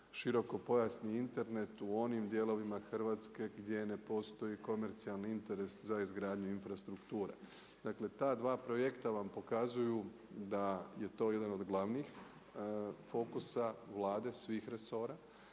širokopojasni Internet u onim dijelovima Hrvatske gdje ne postoji komercijalni interes za izgradnju infrastrukture. Dakle ta dva projekta vam pokazuju da je to jedan od glavnih fokusa Vlade svih resora.